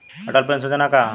Atal pension योजना का ह?